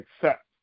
accept